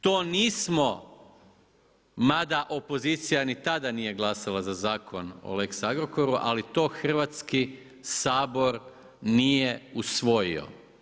To nismo mada opozicija ni tada nije glasala za zakon o lex Agrokoru, ali to Hrvatski sabor nije usvojio.